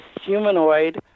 humanoid